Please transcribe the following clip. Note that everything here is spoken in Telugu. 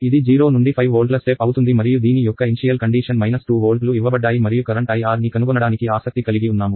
ఇది 0 నుండి 5 వోల్ట్ల స్టెప్ అవుతుంది మరియు దీని యొక్క ప్రారంభ పరిస్థితి 2 వోల్ట్లు ఇవ్వబడ్డాయి మరియు కరెంట్ IR ని కనుగొనడానికి ఆసక్తి కలిగి ఉన్నాము